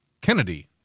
Kennedy